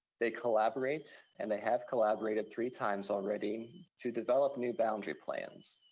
they collaborate and they have collaborated three times already to develop new boundary plans.